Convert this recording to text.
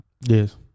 Yes